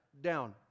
down